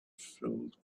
filled